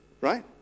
right